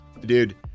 Dude